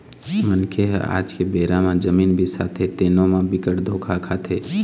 मनखे ह आज के बेरा म जमीन बिसाथे तेनो म बिकट धोखा खाथे